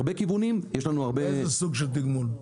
איזה סוג של תגמול?